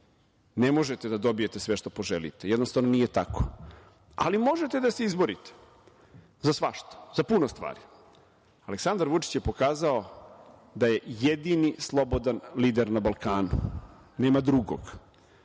Ne možete da dobijete sve što poželite, jednostavno nije tako, ali možete da se izborite za svašta, za puno stvari. Aleksandar Vučić je pokazao da je jedini slobodan lider na Balkanu, nema drugog.